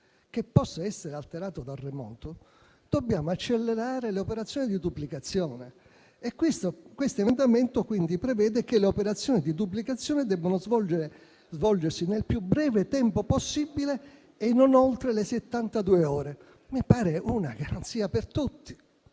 che possa essere alterato da remoto, dobbiamo accelerare le operazioni di duplicazione. L'emendamento prevede pertanto che le operazioni di duplicazione debbano svolgersi nel più breve tempo possibile e non oltre le settantadue ore. Mi pare una garanzia per tutti